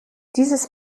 dieses